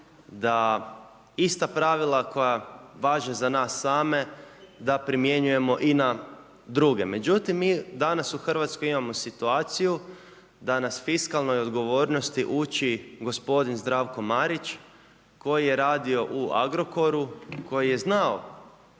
da ista pravila koja važe za nas same, da primijenjujemo i na druge. Međutim, mi danas u RH imamo situaciju da nas fiskalnoj odgovornosti uči gospodin Zdravko Marić koji je radio u Agrokoru, koji je znao